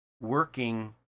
working